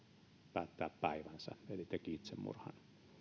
päättää päivänsä eli teki itsemurhan